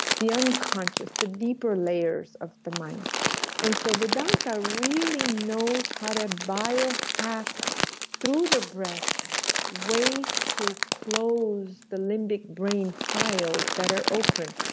the unconscious, the deeper layers of the mind and so vedanta really knows how to biohack through the breath ways to close the limbic brain files that are open.